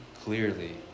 Clearly